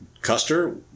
Custer